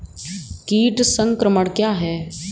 कीट संक्रमण क्या है?